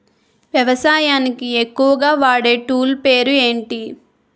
వ్యవసాయానికి ఎక్కువుగా వాడే టూల్ పేరు ఏంటి?